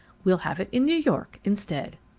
we'll have it in new york instead.